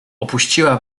opuściła